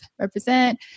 represent